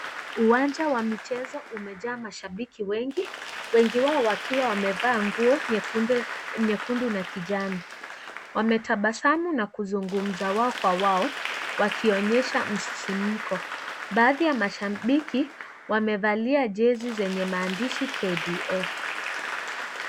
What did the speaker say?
Uwanja wa michezo umejaa mashabiki wengi, wengi wao wakiwa wamevaa nguo nyekundu na kijani, wametabasamu na kuzungumza wao kwa wao wakionyesha msisimko, baadhi ya mashabiki wamevalia jeshi zenye maandishi KDF.